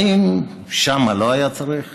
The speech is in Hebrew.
האם שם לא היה צריך